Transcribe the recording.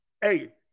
Hey